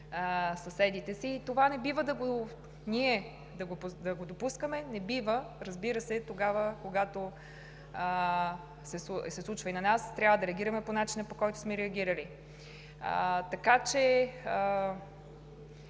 съседите си. Това не бива да го допускаме, не бива, разбира се, когато се случва и на нас, трябва да реагираме по начина, по който сме реагирали. По